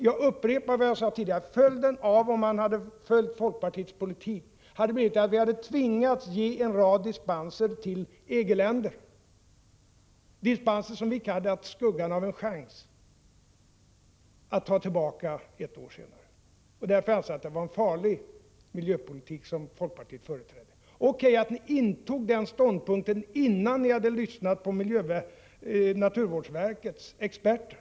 Jag upprepar vad jag sade tidigare: Om vi hade följt folkpartiets politik hade vi tvingats att ge en rad dispenser till EG-länder — dispenser som vi inte hade haft skuggan av en chans att ta tillbaka ett år senare. Därför anser jag att det var en farlig miljöpolitik som folkpartiet företrädde. Det är O.K. att ni intog den ståndpunkten, innan ni lyssnat på naturvårdsverkets experter.